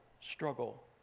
struggle